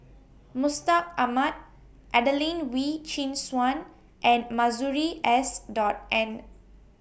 Mustaq Ahmad Adelene Wee Chin Suan and Masuri S Dot N